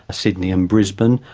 ah sydney and brisbane,